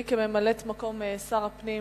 אני, כממלאת-מקום שר הפנים,